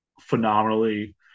phenomenally